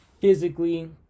physically